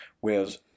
whereas